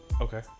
Okay